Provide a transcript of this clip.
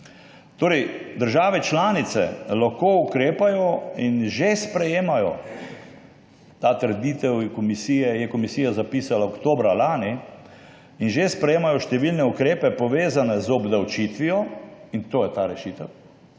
»Države članice lahko ukrepajo in že sprejemajo,« to trditev je Komisija zapisala oktobra lani, »številne ukrepe, povezane z obdavčitvijo,« in to je ta rešitev,